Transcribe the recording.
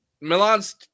Milan's